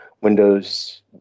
Windows